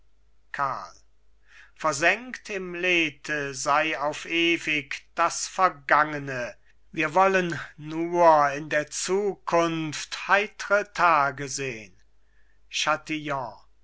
karl versenkt im lethe sei auf ewig das vergangene wir wollen nur in der zukunft heitre tage sehn chatillon